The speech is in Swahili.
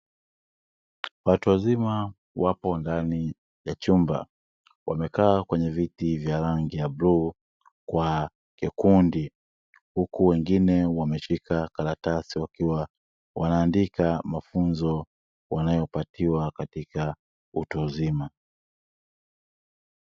Watu wazima wapo ndani ya chumba, wamekaa kwenye viti vya rangi ya buluu kwa kikundi; huku wengine wameshika karatasi wakiwa wanaandika mafunzo wanayopatiwa katika utu uzima.